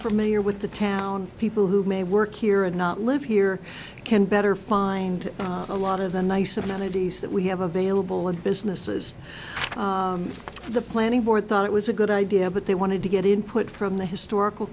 familiar with the town people who may work here and not live here can better find a lot of the nice amenities that we have available and businesses the planning board thought it was a good idea but they wanted to get input from the historical